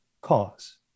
cause